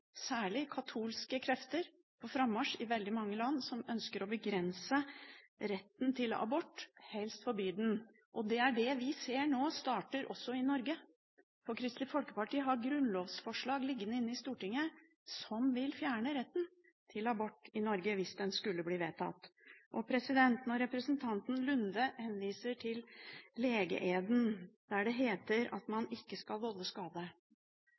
særlig katolske – krefter på frammarsj i veldig mange land som ønsker å begrense retten til abort og helst forby den. Det er det vi nå ser starter også i Norge. Kristelig Folkeparti har grunnlovsforslag liggende inne i Stortinget. Det vil fjerne retten til abort i Norge – hvis det skulle bli vedtatt. Når representanten Nordby Lunde henviser til legeeden der det heter at man ikke skal volde skade,